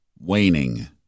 waning